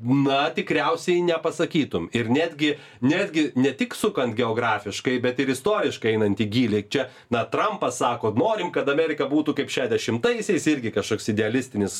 na tikriausiai nepasakytum ir netgi netgi ne tik sukant geografiškai bet ir istoriškai einant į gylį čia na trampas sako norim kad amerika būtų kaip šedešimtaisiais irgi kažkoks idealistinis